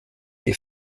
die